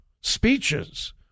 speeches